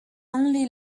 only